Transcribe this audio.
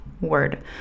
word